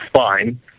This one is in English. fine